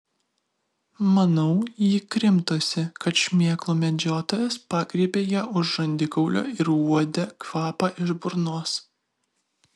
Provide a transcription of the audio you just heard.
manau ji krimtosi kad šmėklų medžiotojas pagriebė ją už žandikaulio ir uodė kvapą iš burnos